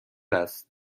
است